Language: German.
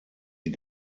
sie